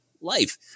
life